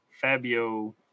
Fabio